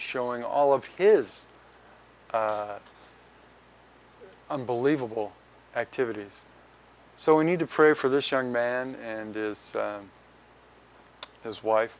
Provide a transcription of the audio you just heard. showing all of his unbelievable activities so we need to pray for this young man and is his wife